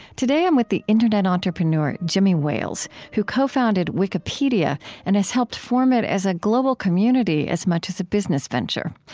today, i'm with the internet entrepreneur jimmy wales, who co-founded wikipedia and has helped form it as a global community as much as a business venture.